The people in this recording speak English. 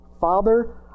Father